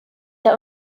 der